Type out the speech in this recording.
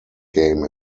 game